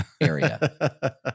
area